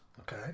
Okay